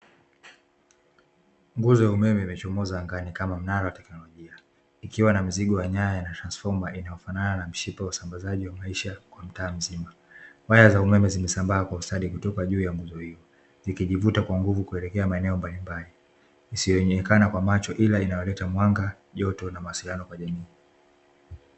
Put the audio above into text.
Nguzo ya umeme imechomoza angani kama mnara wa teknolojia, ikiwa una mzigo wa nyaya na transfoma inaofanana na mshipa wa usambazaji wa maisha kwa mtaa mzima. Waya za umeme zimesambaa kwa ustadi kutoka juu ya nguzo hiyo, zikijivuta kwa nguvu kuelekea maeneo mbalimbali. Isiyonekana kwa macho ila inaleta mwanga, joto, na mawasiliano kwa jamii.